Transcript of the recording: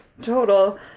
total